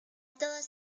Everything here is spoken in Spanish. todos